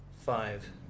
five